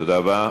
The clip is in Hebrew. תודה רבה.